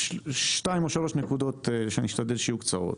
שתיים-שלוש נקודות, אשתדל שהן יהיו קצרות.